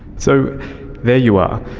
so there you are,